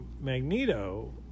Magneto